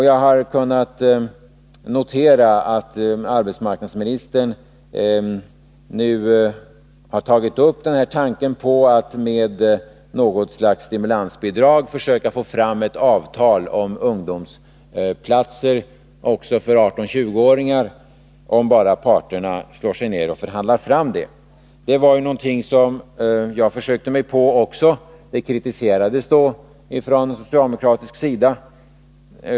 Jag har kunnat notera att arbetsmarknadsministern nu är inne på tanken att med hjälp av något slags stimulansbidrag försöka få fram ett avtal om ungdomsplatser också för 18-20-åringar. Det gäller bara att parterna slår sig ner och förhandlar om den saken. Även jag har försökt att få fram ett sådant avtal, men det kritiserade man då från socialdemokraternas sida.